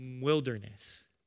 wilderness